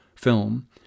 Film